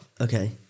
Okay